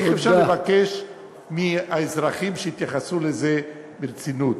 איך אפשר לבקש מהאזרחים שיתייחסו לזה ברצינות?